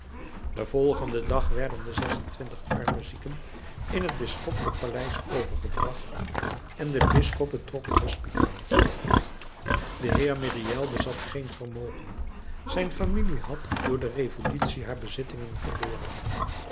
den volgenden dag werden de zes-en-twintig arme zieken in het bisschoppelijk paleis overgebracht en de bisschop betrok het hospitaal de heer myriel bezat geen vermogen zijn familie had door de revolutie haar bezittingen verloren